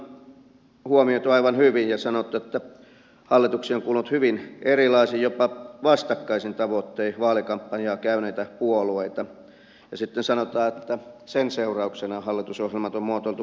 mietinnössä on huomioitu aivan hyvin ja sanottu että hallituksiin on kuulunut hyvin erilaisin jopa vastakkaisin tavoittein vaalikampanjaa käyneitä puolueita ja sitten sanotaan että sen seurauksena hallitusohjelmat on muotoiltu pikkutarkasti